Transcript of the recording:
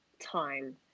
time